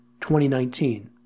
2019